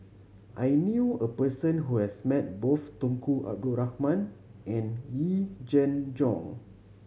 I knew a person who has met both Tunku Abdul Rahman and Yee Jenn Jong